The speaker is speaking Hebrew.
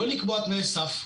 לא לקבוע תנאי סף,